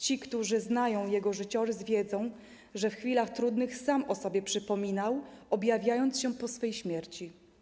Ci, którzy znają jego życiorys, wiedzą, że w chwilach trudnych sam o sobie przypominał, objawiając się po swej śmierci.